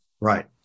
right